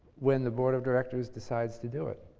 when the board of directors decides to do it.